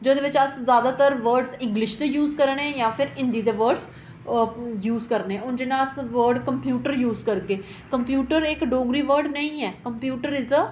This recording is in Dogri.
जेह्दे बिच्च अस ज्यादातर वर्डस इंग्लिश दे यूज करा ने जां फिर हिंदी दे वर्डस यूज करने हून जियां अस वर्ड कंप्यूटर यूज करगे कंप्यूटर इक डोगरी वर्ड नेईं ऐ कंप्यूटर इज दा